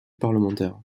parlementaire